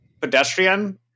pedestrian